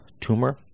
tumor